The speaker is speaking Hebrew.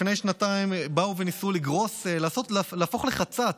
לפני שנתיים באו וניסו לגרוס, להפוך לחצץ,